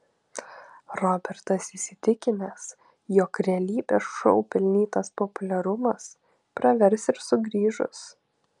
robertas įsitikinęs jog realybės šou pelnytas populiarumas pravers ir sugrįžus